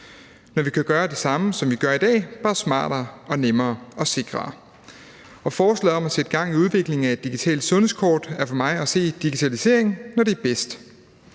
når vi kan gøre det samme, som vi gør i dag, bare smartere, nemmere og sikrere. Forslaget om at sætte gang i udviklingen af et digitalt sundhedskort er for mig at se digitalisering, når det er bedst.